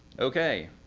okay.